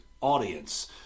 audience